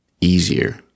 easier